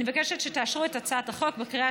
אני מבקשת שתאשרו את הצעת החוק בקריאה